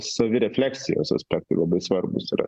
savirefleksijos aspektai labai svarbūs yra